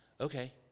okay